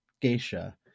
Geisha